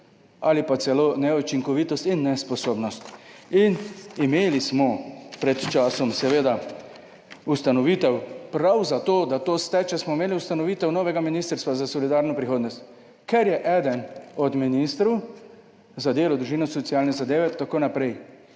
ali pa celo neučinkovitost in nesposobnost in imeli smo pred časom seveda ustanovitev prav za to, da to steče, smo imeli ustanovitev novega Ministrstva za solidarno prihodnost, ker je eden od ministrov za delo, družino in socialne zadeve in tako naprej,